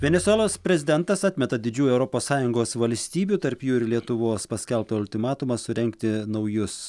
venesuelos prezidentas atmeta didžiųjų europos sąjungos valstybių tarp jų ir lietuvos paskelbtą ultimatumą surengti naujus